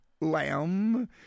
lamb